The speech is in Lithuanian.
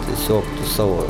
tiesiog savo